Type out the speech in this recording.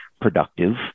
productive